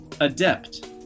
adept